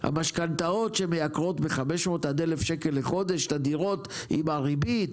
המשכנתאות שמייקרות ב-500 עד 1,000 שקל לחודש את הדירות עם הריבית,